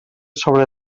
sobre